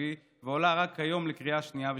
ועולה רק היום לקריאה שנייה ושלישית,